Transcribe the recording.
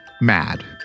mad